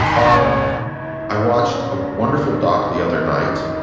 um i watched a wonderful doc the other night,